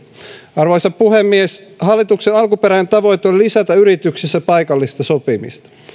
arvoisa puhemies hallituksen alkuperäinen tavoite oli lisätä yrityksissä paikallista sopimista